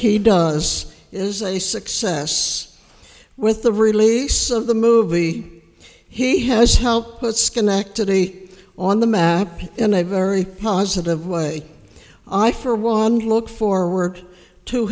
he does is a success with the release of the movie he has helped put schenectady on the map in a very positive way i for one look forward to